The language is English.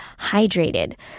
hydrated